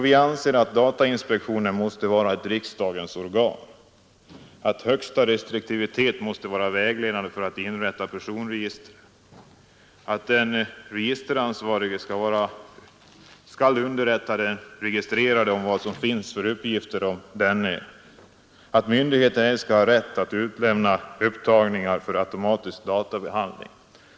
Vi anser att datainspektionen måste vara ett riksdagens organ, att högsta restriktivitet måste vara vägledande för inrättande av personregister, att den registeransvarige skall underrätta den registrerade om vad det finns för uppgifter om honom samt att myndigheter ej skall ha rätt att utlämna upptagningar för automatisk databehandling.